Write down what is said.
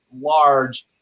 large